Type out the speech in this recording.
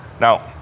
Now